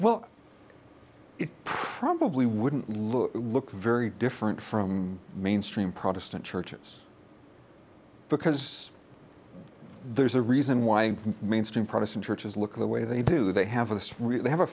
well it probably wouldn't look look very different from mainstream protestant churches because there's a reason why mainstream protestant churches looking the way they do they have this really have a